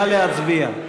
נא להצביע.